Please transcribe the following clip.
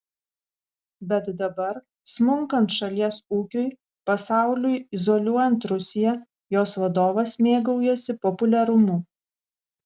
bet dabar smunkant šalies ūkiui pasauliui izoliuojant rusiją jos vadovas mėgaujasi populiarumu